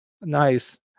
Nice